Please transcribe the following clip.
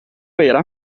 era